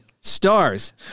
stars